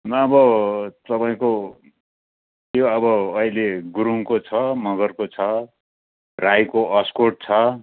अब तपाईँको यो अब अहिले गुरुङको छ मगरको छ राईको अस्कोट छ